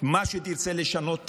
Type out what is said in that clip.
מה שתרצה לשנות תשנה,